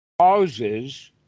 causes